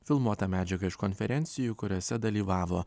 filmuotą medžiagą iš konferencijų kuriose dalyvavo